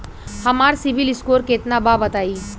हमार CIBIL score केतना बा बताईं?